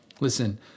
Listen